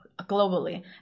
globally